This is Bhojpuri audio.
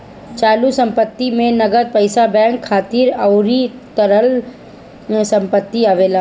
चालू संपत्ति में नगद पईसा बैंक खाता अउरी तरल संपत्ति आवेला